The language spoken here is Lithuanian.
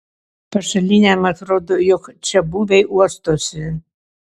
pašaliniam atrodo jog čiabuviai uostosi